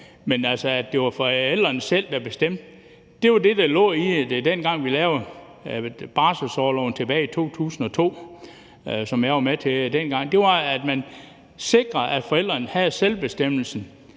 Men det var forældrene selv, der skulle bestemme. Det var det, der lå i det, dengang vi lavede barselsorloven tilbage i 2002, som jeg var med til. Det var, at man sikrede, at forældrene havde selvbestemmelsen,